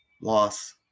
loss